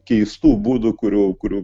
keistų būdų kurių kurių